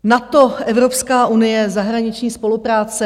NATO, Evropská unie, zahraniční spolupráce.